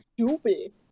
stupid